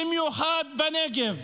במיוחד בנגב.